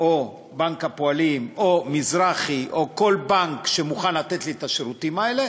או בנק הפועלים או המזרחי או כל בנק שמוכן לתת לי את השירותים האלה,